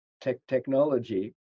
technology